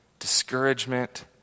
discouragement